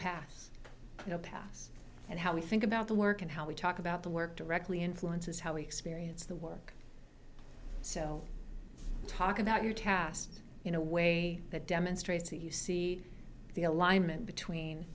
pass pass and how we think about the work and how we talk about the work directly influences how we experience the work so talk about your task in a way that demonstrates that you see the alignment between